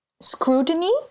scrutiny